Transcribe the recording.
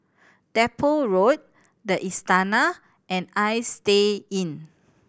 Depot Road The Istana and Istay Inn